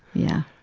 yeah.